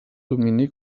domini